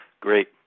Great